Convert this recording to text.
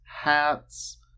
hats